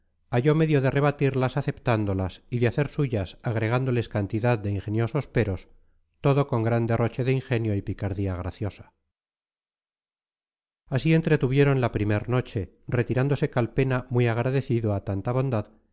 vedaba halló medio de rebatirlas aceptándolas y de hacerlas suyas agregándoles cantidad de ingeniosos peros todo con gran derroche de ingenio y picardía graciosa así entretuvieron la primer noche retirándose calpena muy agradecido a tanta bondad